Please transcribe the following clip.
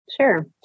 Sure